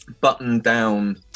button-down